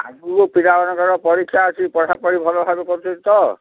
ଆଗକୁ ପିଲାମାନଙ୍କର ପରୀକ୍ଷା ଅଛି ପଢ଼ାପଢ଼ି ଭଲ ଭାବରେ କରୁଛନ୍ତି ତ